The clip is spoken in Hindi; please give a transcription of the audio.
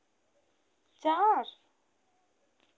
चार